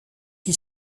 qui